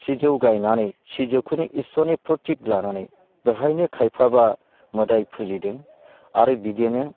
सिजौ गायनानै सिजौखौनो इसोरनि फ्रथिग लानानै बाहायनो खायफाबा मोदाय फुजिदों आरो बिदिनो